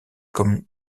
comme